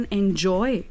enjoy